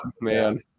man